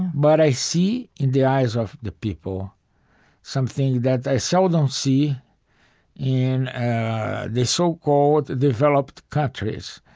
but i see in the eyes of the people something that i seldom see in the so-called developed countries.